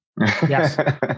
Yes